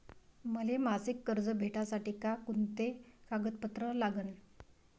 मले मासिक कर्ज भेटासाठी का कुंते कागदपत्र लागन?